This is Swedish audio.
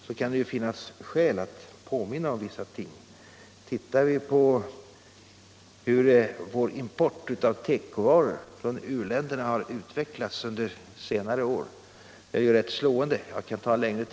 Då kan det finnas skäl att påminna om vissa förhållanden. Vår import av tekovaror från u-länderna har utvecklats på ett rätt slående sätt under senare år.